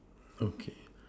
okay